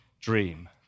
Dream